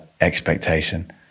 expectation